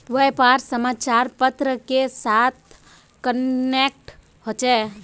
व्यापार समाचार पत्र के साथ कनेक्ट होचे?